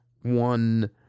one